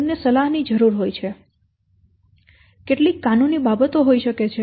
તેમને સલાહ ની જરૂર હોય છે ત્યાં કેટલીક કાનૂની બાબતો હોઈ શકે છે